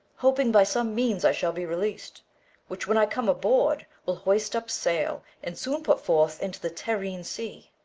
hoping by some means i shall be releas'd which, when i come aboard, will hoist up sail, and soon put forth into the terrene sea,